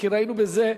כי ראינו בזה,